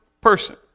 person